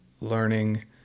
learning